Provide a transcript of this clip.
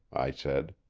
i said.